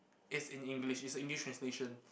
it's in English it's a English translation